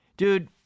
Dude